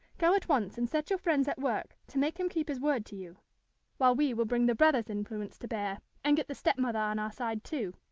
go at once and set your friends at work to make him keep his word to you while we will bring the brother's influence to bear, and get the step-mother on our side, too.